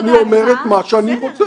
אני אומר את מה שאני רוצה.